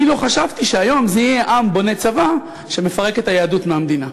אני לא חשבתי שהיום זה יהיה עם בונה צבא שמפרק את היהדות מהמדינה,